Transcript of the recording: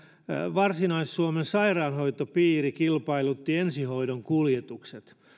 varsinais suomen sairaanhoitopiiri kilpailutti ensihoidon kuljetukset